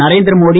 Narendra Modi